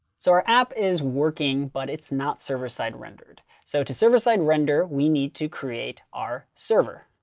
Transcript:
so our app is working, but it's not server side rendered. so to server-side render, we need to create our server.